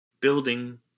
building